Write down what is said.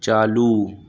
چالو